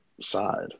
side